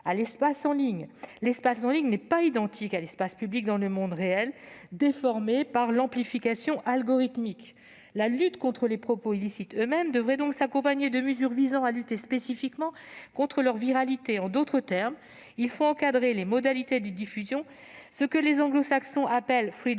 à l'espace en ligne. L'espace en ligne n'est pas identique à l'espace public dans le monde réel, car il est déformé par l'amplification algorithmique. La lutte contre les propos illicites devrait donc s'accompagner de mesures visant à lutter spécifiquement contre leur viralité. En d'autres termes, il faut encadrer les modalités de diffusion, le «», comme disent les